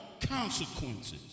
consequences